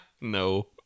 No